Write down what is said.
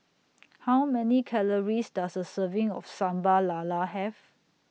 How Many Calories Does A Serving of Sambal Lala Have